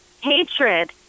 hatred